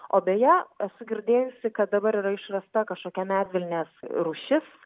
o beje esu girdėjusi kad dabar yra išrasta kažkokia medvilnės rūšis